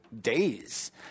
days